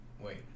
Wait